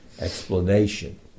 explanation